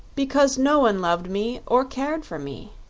because no one loved me, or cared for me,